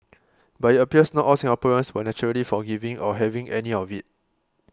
but it appears not all Singaporeans were naturally forgiving or having any of it